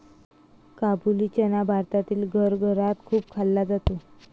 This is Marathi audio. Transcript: काबुली चना भारतातील घराघरात खूप खाल्ला जातो